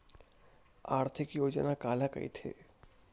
आर्थिक योजना काला कइथे?